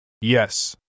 Yes